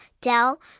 Dell